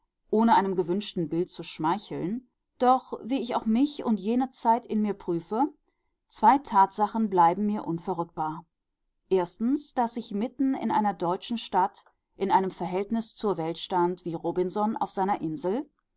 ohne einem gewünschten bild zu schmeicheln doch wie ich auch mich und jene zeit in mir prüfe zwei tatsachen bleiben mir unverrückbar erstens daß ich mitten in einer deutschen stadt in einem verhältnis zur welt stand wie robinson auf seiner insel